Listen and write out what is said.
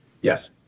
Yes